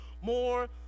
more